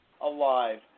alive